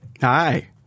Hi